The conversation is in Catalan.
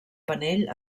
panell